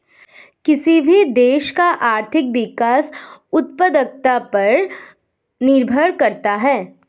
किसी भी देश का आर्थिक विकास उत्पादकता पर निर्भर करता हैं